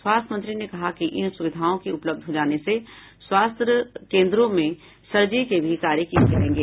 स्वास्थ्य मंत्री ने कहा कि इन सुविधाओं के उपलब्ध हो जाने से स्वास्थ्य केन्द्रों में सर्जरी के भी कार्य किये जायेंगे